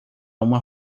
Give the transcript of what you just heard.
uma